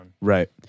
Right